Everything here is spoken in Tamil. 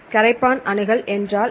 கரைப்பான் அணுகல் என்றால் என்ன